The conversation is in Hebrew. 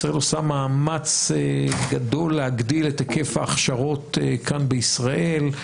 ישראל עושה מאמץ גדול להגדיל את היקף ההכשרות כאן בישראל,